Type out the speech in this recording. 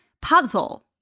puzzle